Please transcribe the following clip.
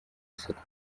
isoko